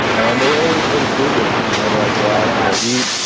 and they were always really frugal. whenever i'd go out to eat,